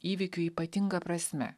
įvykių ypatinga prasme